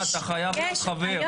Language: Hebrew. אוסאמה, אתה חייב להיות חבר.